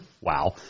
wow